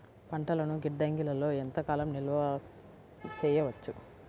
పంటలను గిడ్డంగిలలో ఎంత కాలం నిలవ చెయ్యవచ్చు?